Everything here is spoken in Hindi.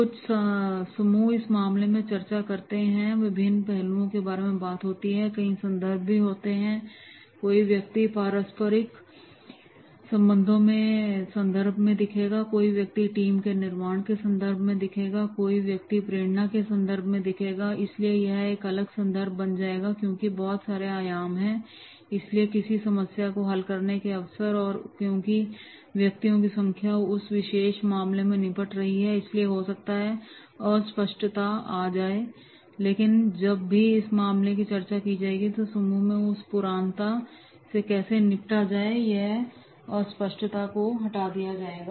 कुछ समूह इस मामले पर चर्चा करते हैं जो विभिन्न पहलुओं के बारे में होती है कई संदर्भ भी होते हैं कोई व्यक्ति पारस्परिक संबंधों के संदर्भ में दिखेगा कोई व्यक्ति टीम के निर्माण के संदर्भ में दिखेगा कोई व्यक्ति प्रेरणा के संदर्भ में दिखेगा और इसलिए यह एक अलग संदर्भ बन जाएगा क्योंकि बहुत सारे आयाम हैं इसलिए किसी समस्या को हल करने के अवसर और क्योंकि व्यक्तियों की संख्या उस विशेष मामले से निपट रही है इसलिए हो सकता है अस्पष्टता आ जाए लेकिन जब इस पर चर्चा की जाएगी कि समूह उस पुरातनता से कैसे निपट पाएगा तो उस अस्पष्टता को हटा दिया जाएगा